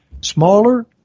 Smaller